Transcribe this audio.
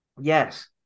Yes